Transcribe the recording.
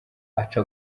aca